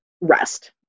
rest